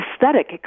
aesthetic